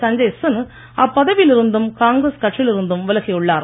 சஞ்சய் சின்ஹ் அப்பதவியில் இருந்தும் காங்கிரஸ் கட்சியில் இருந்தும் விலகியுள்ளார்